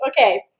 okay